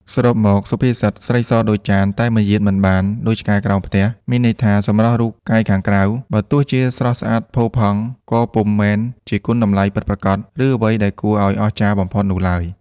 សរុបមក សុភាសិត "ស្រីសដូចចាន តែមាយាទមិនបានដូចឆ្កែក្រោមផ្ទះ" មានន័យថា សម្រស់រូបកាយខាងក្រៅ បើទោះជាស្រស់ស្អាតផូរផង់ ក៏ពុំមែនជាគុណតម្លៃពិតប្រាកដ ឬអ្វីដែលគួរឱ្យអស្ចារ្យបំផុតនោះឡើយ។